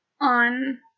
on